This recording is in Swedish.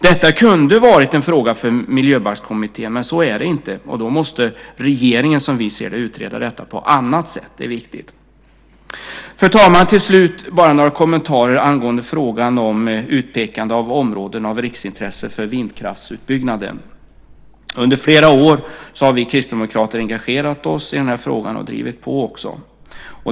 Detta kunde ha varit en fråga för Miljöbalkskommittén, men så är det inte. Då måste regeringen, som vi ser det, utreda detta på annat sätt. Det är viktigt. Fru talman! Till slut några kommentarer angående frågan om utpekande av områden av riksintresse för vindkraftsutbyggnaden. Under flera år har vi kristdemokrater engagerat oss i den frågan och också drivit på.